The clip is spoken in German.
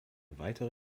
weitere